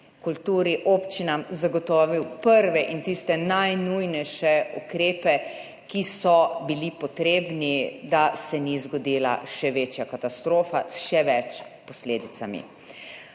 kulturi, občinam zagotovil prve in tiste najnujnejše ukrepe, ki so bili potrebni, da se ni zgodila še večja katastrofa s še več posledicami.